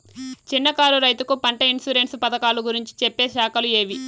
చిన్న కారు రైతుకు పంట ఇన్సూరెన్సు పథకాలు గురించి చెప్పే శాఖలు ఏవి?